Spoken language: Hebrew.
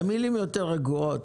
במילים יותר רגועות,